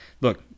look